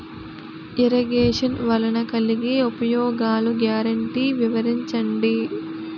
Irrigation వలన కలిగే ఉపయోగాలు గ్యారంటీ వివరించండి?